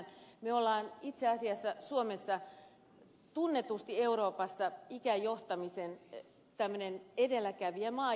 me olemme itse asiassa suomessa tunnetusti euroopassa ikäjohtamisen edelläkävijämaa